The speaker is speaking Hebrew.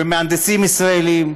במהנדסים ישראלים.